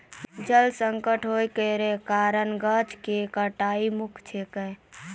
जल संकट होय केरो कारण गाछ केरो कटाई मुख्य छिकै